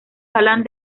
galán